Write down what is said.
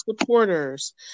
supporters